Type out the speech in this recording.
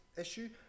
issue